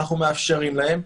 מאפשרים להם,